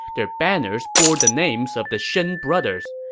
their banners bore the names of the shen brothers.